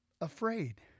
afraid